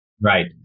Right